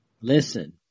Listen